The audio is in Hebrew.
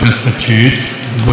עוד לא הייתה לי זכות בחירה,